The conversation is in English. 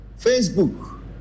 Facebook